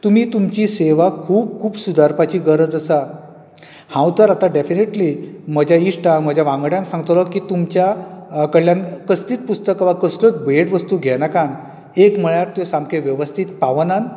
तुमी तुमची सेवा खूब खूब सुदारपाची गरज आसा हांव तर आता डेफीनेटली म्हज्या इस्टांक म्हज्या वांगड्यांक सांगतलो की तुमच्या कडल्यान कसलीच पुस्तकां वा कसलीच भेटवस्तू घेनाकात एक म्हळ्यार त्यो सामक्यो वेवस्थित पावनात